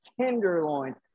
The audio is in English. tenderloin